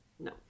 no